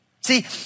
See